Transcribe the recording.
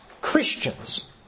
Christians